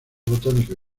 botánicos